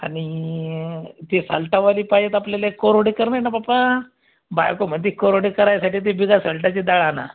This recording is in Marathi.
आणि ते साल्टावाली पाहिजे तर आपल्याले कोरोडे करणं आहे ना बाप्पा बायको म्हणते कोरोडे करायसाठी ते बिगर साल्टाची डाळ आणा